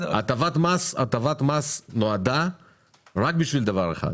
הטבת מס נועדה רק בשביל דבר אחד,